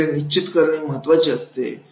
योग्य वेळ निश्चित करणे महत्त्वाचे असते